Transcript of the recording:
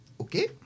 okay